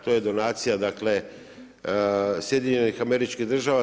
To je donacija, dakle SAD-a.